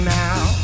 now